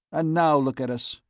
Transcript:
and now look at us!